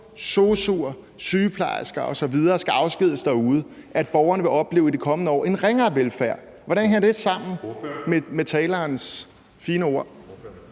sosu'er, sygeplejersker osv. skal afskediges derude, og at borgerne i de kommende år vil opleve en ringere velfærd? Hvordan hænger det sammen med talerens fine ord?